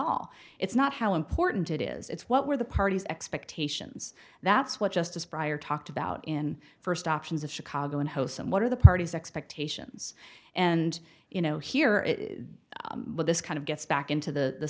all it's not how important it is it's what were the parties expectations that's what justice pryor talked about in the first options of chicago and hosts and what are the parties expectations and you know here this kind of gets back into the